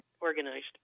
organized